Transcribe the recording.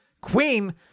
Queen